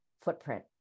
footprint